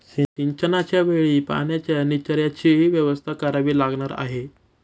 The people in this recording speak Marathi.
सिंचनाच्या वेळी पाण्याच्या निचर्याचीही व्यवस्था करावी लागणार आहे